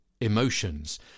emotions